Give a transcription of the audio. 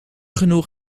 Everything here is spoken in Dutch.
genoeg